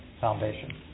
Foundation